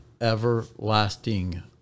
everlasting